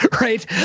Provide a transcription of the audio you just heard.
right